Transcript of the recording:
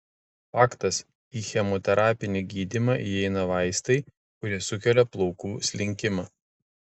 faktas į chemoterapinį gydymą įeina vaistai kurie sukelia plaukų slinkimą